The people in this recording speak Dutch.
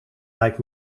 lijkt